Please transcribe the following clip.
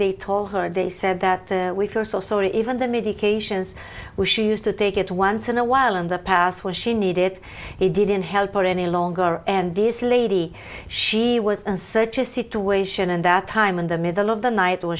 they told her they said that the first source or even the medications was she used to take it once in a while and the past where she needed it didn't help her any longer and this lady she was in such a situation and that time in the middle of the night or